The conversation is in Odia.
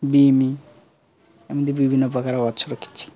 ବିମି ଏମିତି ବିଭିନ୍ନ ପ୍ରକାର ଗଛ ରଖିଛି